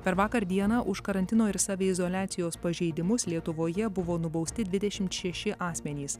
per vakar dieną už karantino ir saviizoliacijos pažeidimus lietuvoje buvo nubausti dvidešimt šeši asmenys